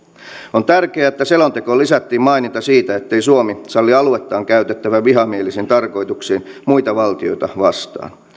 on tärkeää että selontekoon lisättiin maininta siitä ettei suomi salli aluettaan käytettävän vihamielisiin tarkoituksiin muita valtioita vastaan